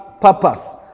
purpose